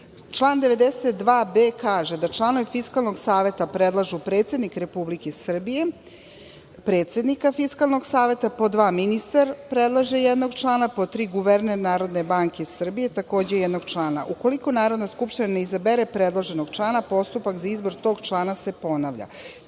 Član 92b kaže da članovi Fiskalnog saveta predlažu predsednik Republike Srbije, predsednika Fiskalnog saveta, pod dva, ministar predlaže jednog člana, pod tri, guverner NBS takođe jednog člana. Ukoliko Narodna skupština ne izabere predloženog člana, postupak za izbor tog člana se ponavlja.